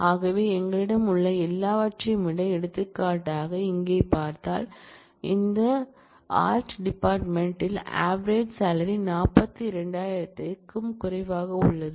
ஆகவே எங்களிடம் உள்ள எல்லாவற்றையும் விட எடுத்துக்காட்டாக இங்கே பார்த்தால் இந்த இசைத் டிபார்ட்மென்ட் யில் ஆவேரேஜ் சாலரி 42000 க்கும் குறைவாக உள்ளது